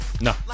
no